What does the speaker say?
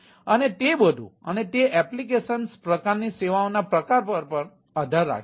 અને તે બધું અને તે એપ્લિકેશન્સ પ્રકારની સેવાઓના પ્રકાર પર પણ આધાર રાખે છે